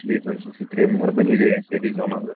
ٹھیٖک حظ چھُ شُکرِیا میٚہربٲنی گٔییہِ تیٚلہِ ییٖزِیٚو منٛزٕ